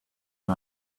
and